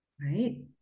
right